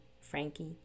Frankie